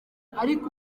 ariko